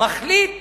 מחליט